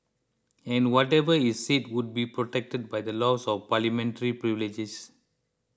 and whatever is said would be protected by the laws of parliamentary privileges